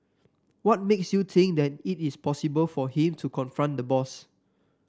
what makes you think that it is possible for him to confront the boss